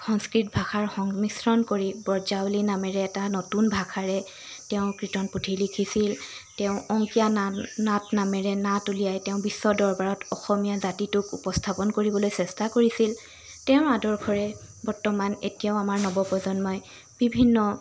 সংস্কৃত ভাষাৰ সংমিশ্ৰণ কৰি ব্ৰজাৱলী নামেৰে এটা নতুন ভাষাৰে তেওঁ কীৰ্তনপুথি লিখিছিল তেওঁ অংকীয়া নাট নাট নামেৰে নাট উলিয়াই তেওঁ বিস্ব দৰবাৰত অসমীয়া জাতিটোক উপস্থাপন কৰিবলৈ চেষ্টা কৰিছিল তেওঁৰ আদৰ্শৰে বৰ্তমান এতিয়াও আমাৰ নৱ প্ৰজন্মই বিভিন্ন